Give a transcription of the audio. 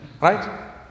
Right